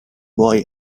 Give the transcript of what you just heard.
boy